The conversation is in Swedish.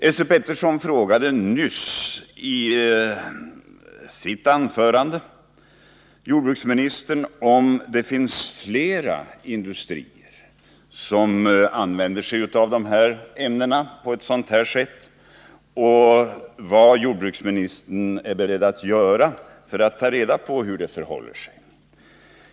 Esse Petersson frågade i sitt anförande nyss jordbruksministern om det finns flera industrier som använder sig av de här ämnena på ett miljöfarligt sätt och vad jordbruksministern är beredd att göra för att ta reda på hur det förhåller sig.